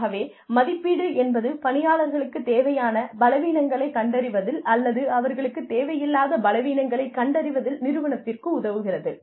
ஆகவே மதிப்பீடு என்பது பணியாளர்களுக்குத் தேவையான பலவீனங்களை கண்டறிவதில் அல்லது அவர்களுக்குத் தேவையில்லாத பலவீனங்களைக் கண்டறிவதில் நிறுவனத்திற்கு உதவுகிறது